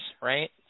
right